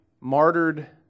martyred